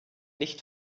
nicht